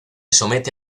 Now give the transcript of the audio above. somete